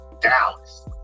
Dallas